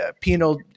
penal